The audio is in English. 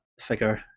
figure